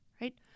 right